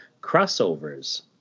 crossovers